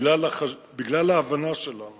בגלל ההבנה שלנו